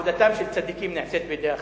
עבודתם של צדיקים נעשית בידי אחרים.